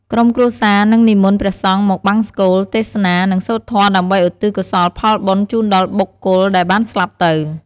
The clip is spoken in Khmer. ក្រុមគ្រួសារនឹងនិមន្តព្រះសង្ឃមកបង្សុកូល ទេសនា និងសូត្រធម៌ដើម្បីឧទ្ទិសកុសលផលបុណ្យជូនដល់បុគ្គលដែលបានស្លាប់ទៅ។